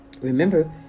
Remember